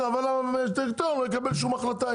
לא יקבל שום החלטה.